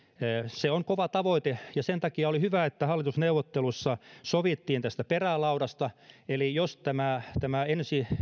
se on kova tavoite ja sen takia oli hyvä että hallitusneuvotteluissa sovittiin tästä perälaudasta eli siitä jos tämä tämä ensi